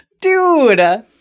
Dude